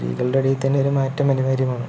സ്ത്രീകൾടെ ഇടെത്തന്നെ ഒരു മാറ്റം അനിവാര്യമാണ്